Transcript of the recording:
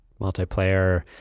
multiplayer